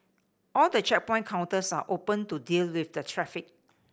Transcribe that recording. all the checkpoint counters are open to deal with the traffic